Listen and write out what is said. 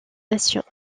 nations